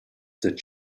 that